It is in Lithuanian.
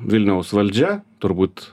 vilniaus valdžia turbūt